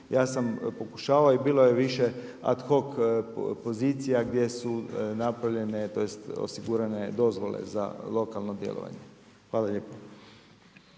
Ja sam pokušavao i bilo je više ad hoc pozicija gdje su napravljene tj. osigurane dozvole za lokalno djelovanje. Hvala lijepo.